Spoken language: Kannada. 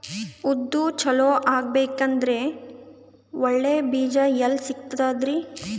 ಉದ್ದು ಚಲೋ ಆಗಬೇಕಂದ್ರೆ ಒಳ್ಳೆ ಬೀಜ ಎಲ್ ಸಿಗತದರೀ?